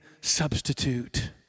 substitute